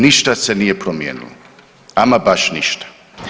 Ništa se nije promijenilo, ama baš ništa.